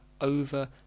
over